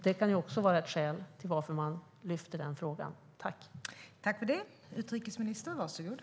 Det kan också vara ett skäl till att man lyfter fram den frågan.